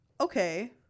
okay